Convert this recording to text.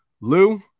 Lou